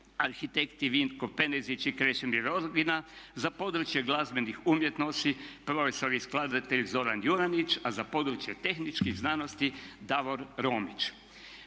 arhitekti Vinko Penezić i Krešimir Rogina, za područje glazbenih umjetnosti prof. i skladatelj Zoran Juranić, a za područje tehničkih znanosti Davor Romić.